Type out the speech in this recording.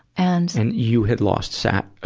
and and you had lost sat, ah,